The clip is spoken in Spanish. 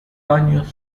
años